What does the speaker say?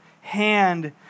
hand